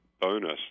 bonus